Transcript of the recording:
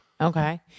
okay